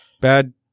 bad